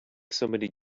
somebody